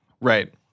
Right